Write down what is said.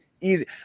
easy